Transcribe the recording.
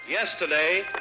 Yesterday